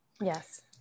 Yes